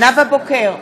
נאוה בוקר,